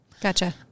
Gotcha